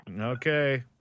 Okay